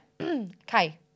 Okay